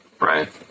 Right